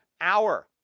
hour